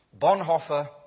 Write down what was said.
Bonhoeffer